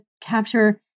capture